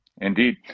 Indeed